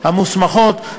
המוסמכות,